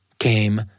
came